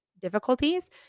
difficulties